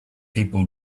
people